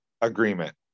agreement